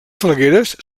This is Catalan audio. falgueres